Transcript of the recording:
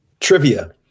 trivia